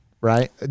Right